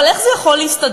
אבל איך זה יכול להסתדר?